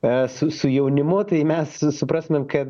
e su su jaunimu tai mes suprastumėm kad